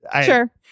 Sure